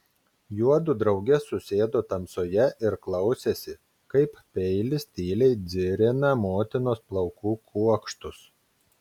juodu drauge susėdo tamsoje ir klausėsi kaip peilis tyliai dzirina motinos plaukų kuokštus